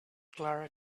clara